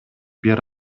бир